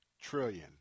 trillion